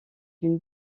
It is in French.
d’une